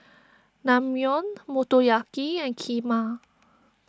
Naengmyeon Motoyaki and Kheema